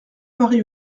marie